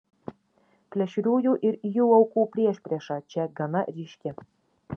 plėšriųjų ir jų aukų priešprieša čia gana ryški